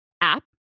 app